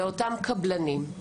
ואותם קבלנים,